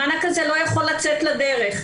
המענק הזה לא יכול לצאת לדרך.